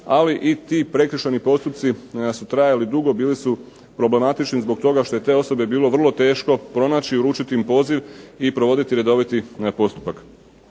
ali i ti prekršajni postupci su trajali dugo, bili su problematični zbog toga što je te osobe bilo vrlo teško pronaći, uručiti im poziv, i provoditi redoviti postupak.